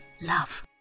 love